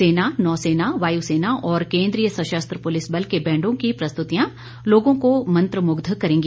सेना नौसेना वायुसेना और केन्द्रीय सशस्त्र पुलिस बल के बैण्डों की प्रस्तुतियां लोगों को मंत्रमुग्ध करेंगी